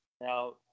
Now